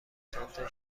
چندتا